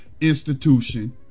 Institution